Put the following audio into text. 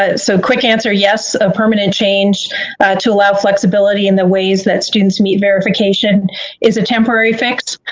ah so, quick answer, yes. a permanent change to allow flexibility in the ways that students meet verification is a temporary fix.